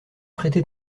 prêter